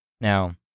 Now